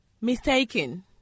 Mistaken